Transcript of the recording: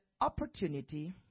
opportunity